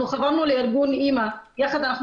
אנחנו חברנו לארגון "אימא" יחד אנחנו